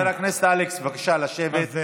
חבר הכנסת אלכס, בבקשה לשבת.